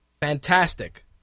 Fantastic